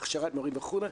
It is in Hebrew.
הכשרת מורים וכו'.